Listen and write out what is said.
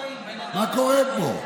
מה קורה פה?